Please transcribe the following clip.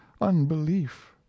unbelief